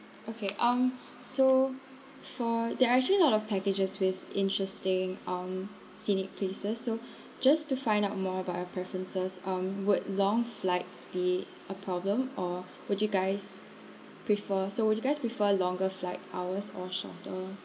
okay um so for there are actually a lot of packages with interesting um scenic places so just to find out more about your preferences um would long flights be a problem or would you guys prefer so would you guys prefer longer flight hours or shorter